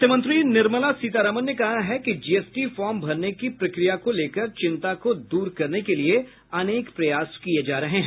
वित्तमंत्री निर्मला सीतारामन ने कहा है कि जीएसटी फार्म भरने की प्रक्रिया को लेकर चिंता को दूर करने के लिये अनेक प्रयास किये जा रहे हैं